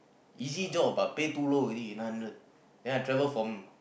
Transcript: easy job but pay too low already nine hundred then I'm travel from